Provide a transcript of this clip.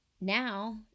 Now